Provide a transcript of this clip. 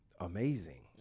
amazing